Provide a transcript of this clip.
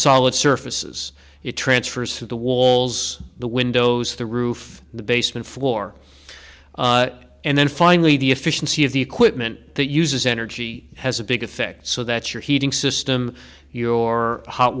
solid surfaces it transfers to the walls the windows the roof the basement floor and then finally the efficiency of the equipment that uses energy has a big effect so that your heating system your hot